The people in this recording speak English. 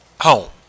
home